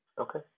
Okay